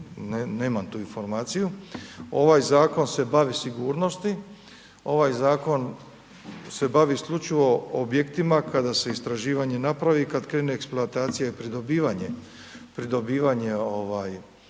nemam tu informaciju. Ovaj zakon se bavi sigurnosti. Ovaj zakon se bavi isključivo objektima kada se istraživanje napravi i kada krene eksploatacija i pridobivanje, pridobivanje